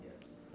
Yes